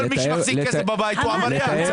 כל מי שמחזיק כסף בבית הוא עבריין.